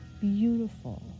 beautiful